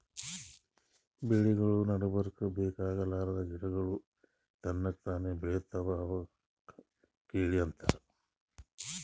ಬೆಳಿಗೊಳ್ ನಡಬರ್ಕ್ ಬೇಕಾಗಲಾರ್ದ್ ಗಿಡಗೋಳ್ ತನಕ್ತಾನೇ ಬೆಳಿತಾವ್ ಅವಕ್ಕ ಕಳಿ ಅಂತಾರ